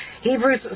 Hebrews